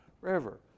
River